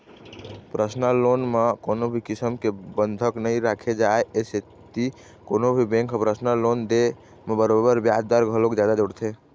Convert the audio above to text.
personal loan म कोनो भी किसम के बंधक नइ राखे जाए ए सेती कोनो भी बेंक ह परसनल लोन दे म बरोबर बियाज दर घलोक जादा जोड़थे